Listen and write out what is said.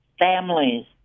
families